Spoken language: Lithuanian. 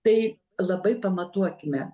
tai labai pamatuokime